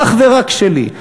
אך ורק שלי.